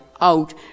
out